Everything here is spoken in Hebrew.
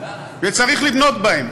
וצריך לבנות בהם.